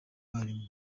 barimu